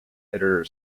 editor